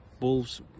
Wolves